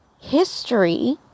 history